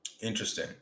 Interesting